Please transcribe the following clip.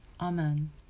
Amen